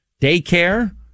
Daycare